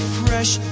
fresh